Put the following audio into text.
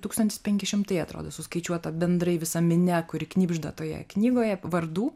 tūkstantis penki šimtai atrodo suskaičiuota bendrai visa minia kuri knibžda toje knygoje vardų